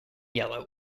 yellow